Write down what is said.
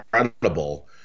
incredible